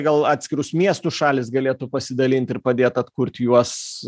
gal atskirus miestus šalys galėtų pasidalint ir padėt atkurt juos